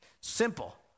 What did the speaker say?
Simple